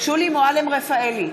שולי מועלם-רפאלי,